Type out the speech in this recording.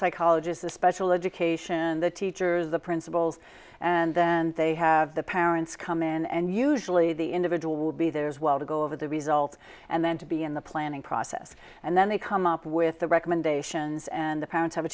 psychologist the special education the teachers the principals and then they have the parents come in and usually the individual will be there as well to go over the results and then to be in the planning process and then they come up with the recommendations and the parents have a